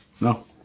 No